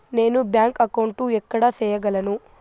నేను bank account ఎక్కడ సేయగలను